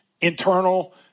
internal